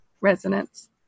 Resonance